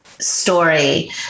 Story